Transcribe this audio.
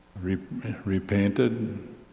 repainted